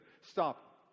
stop